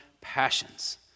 passions